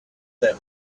that